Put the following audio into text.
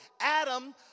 Adam